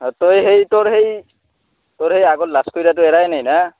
অঁ তই এই তৰ সেই তৰ সেই আগত লাজকুৰীয়াটো এৰাই নাই না